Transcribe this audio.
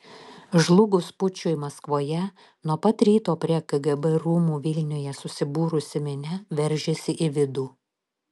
žlugus pučui maskvoje nuo pat ryto prie kgb rūmų vilniuje susibūrusi minia veržėsi į vidų